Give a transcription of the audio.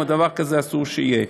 דבר כזה אסור שיהיה.